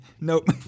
Nope